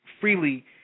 freely